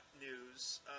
news